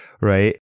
right